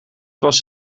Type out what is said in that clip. was